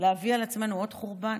להביא על עצמנו עוד חורבן?